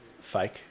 fake